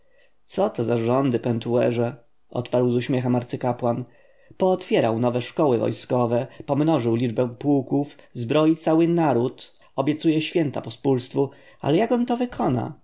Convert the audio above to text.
to za rządy pentuerze odparł z uśmiechem arcykapłan pootwierał nowe szkoły wojskowe pomnożył liczbę pułków zbroi cały naród obiecuje święta pospólstwu ale jak on to wykona